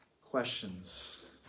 questions